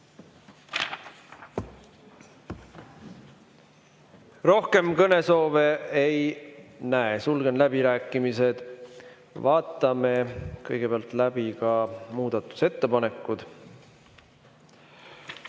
Rohkem kõnesoove ei näe, sulgen läbirääkimised. Vaatame läbi ka muudatusettepanekud.